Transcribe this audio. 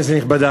כנסת נכבדה,